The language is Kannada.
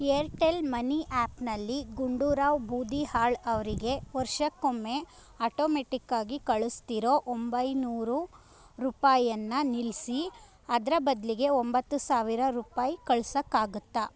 ಏರ್ಟೆಲ್ ಮನಿ ಆ್ಯಪ್ನಲ್ಲಿ ಗುಂಡುರಾವ್ ಬೂದಿಹಾಳ್ ಅವರಿಗೆ ವರ್ಷಕ್ಕೊಮ್ಮೆ ಆಟೋಮೆಟ್ಟಿಕ್ಕಾಗಿ ಕಳಿಸ್ತಿರೋ ಒಂಬೈನೂರು ರೂಪಾಯನ್ನು ನಿಲ್ಲಿಸಿ ಅದರ ಬದಲಿಗೆ ಒಂಬತ್ತು ಸಾವಿರ ರೂಪಾಯಿ ಕಳ್ಸೋಕ್ಕಾಗುತ್ತಾ